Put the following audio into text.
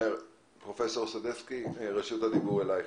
פרופ' סדצקי, רשות הדיבור אלייך.